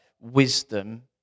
wisdom